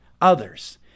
others